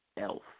elf